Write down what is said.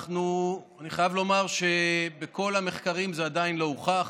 אני חייב לומר שבכל המחקרים זה עדיין לא הוכח.